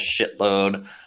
shitload